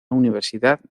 universidad